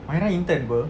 mairah intern [pe]